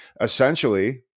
Essentially